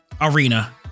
arena